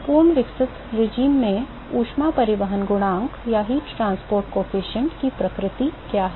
पूर्ण विकसित शासन में ऊष्मा परिवहन गुणांक की प्रकृति क्या है